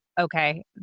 okay